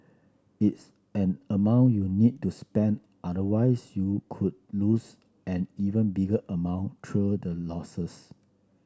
it's an amount you need to spend otherwise you could lose an even bigger amount through the losses